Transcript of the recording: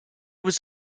was